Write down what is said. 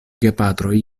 gepatroj